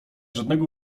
żadnego